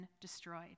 destroyed